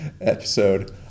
episode